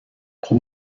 خوب